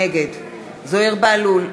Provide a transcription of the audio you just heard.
נגד זוהיר בהלול,